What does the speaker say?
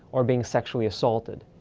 or being sexually assaulted.